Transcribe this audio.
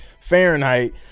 Fahrenheit